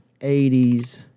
80s